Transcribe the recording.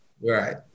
Right